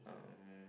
um